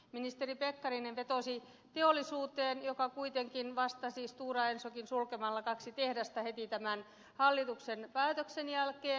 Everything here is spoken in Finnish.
ministeri pekkarinen vetosi teollisuuteen joka kuitenkin vastasi stora ensokin sulkemalla kaksi paperikonetta heti tämän hallituksen päätöksen jälkeen